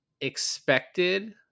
expected